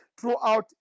throughout